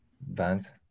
bands